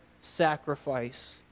sacrifice